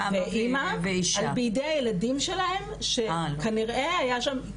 ואמא בידי הילדים שלהם שכנראה היה שם,